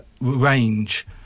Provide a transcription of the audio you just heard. range